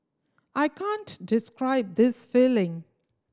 I can't describe this feeling